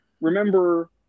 remember